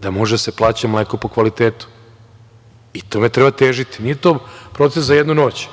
da može da se plaća mleko po kvalitetu. Tome treba težiti. Nije to proces za jednu noć,